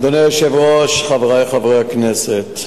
אדוני היושב-ראש, חברי חברי הכנסת,